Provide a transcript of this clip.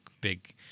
big